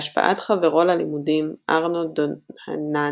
בהשפעת חברו ללימודים, ארנו דוהנאני,